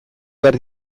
behar